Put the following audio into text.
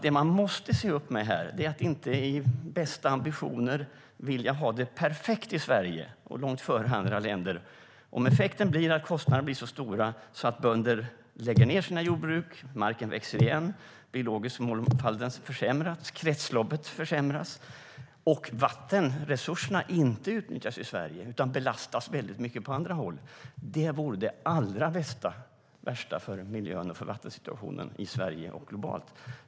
Det man måste se upp med här är att inte med de bästa ambitioner vilja ha det perfekt och ligga långt före andra länder i Sverige om effekterna blir så stora att bönder lägger ned sina jordbruk, marken växer igen, den biologiska mångfalden försämras, kretsloppet försämras och vattenresurserna inte utnyttjas i Sverige utan belastas mycket på andra håll. Det vore det allra värsta för miljön och för vattensituationen i Sverige och globalt.